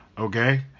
Okay